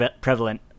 prevalent